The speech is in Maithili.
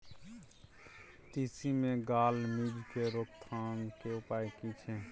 तिसी मे गाल मिज़ के रोकथाम के उपाय की छै?